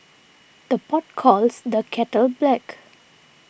the pot calls the kettle black